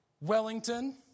Wellington